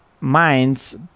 minds